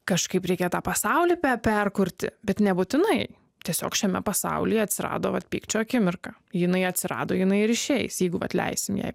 kažkaip reikia tą pasaulį perkurti bet nebūtinai tiesiog šiame pasauly atsirado vat pykčio akimirka jinai atsirado jinai ir išeis jeigu vat leisime jai